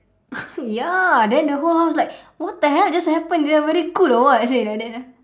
ya then the whole house like what the hell just happened ya very cool or what I say like that ah